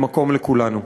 במקום לכולנו.